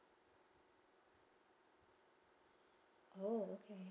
oh okay